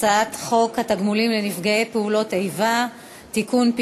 הצעת חוק התגמולים לנפגעי פעולות איבה (תיקון,